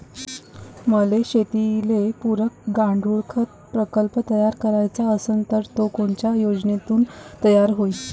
मले शेतीले पुरक गांडूळखत प्रकल्प तयार करायचा असन तर तो कोनच्या योजनेतून तयार होईन?